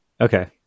Okay